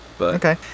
Okay